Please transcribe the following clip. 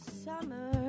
summer